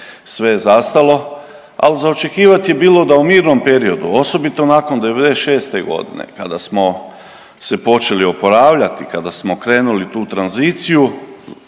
sve je zastalo, ali za očekivati je bilo da u mirnom periodu, osobito nakon '96. godine kada smo se počeli oporavljati, kada smo krenuli tu tranziciju